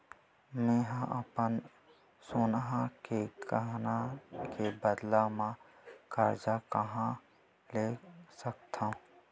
मेंहा अपन सोनहा के गहना के बदला मा कर्जा कहाँ ले सकथव?